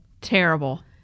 Terrible